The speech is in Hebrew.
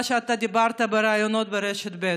מה שאתה אמרת בראיונות ברשת ב'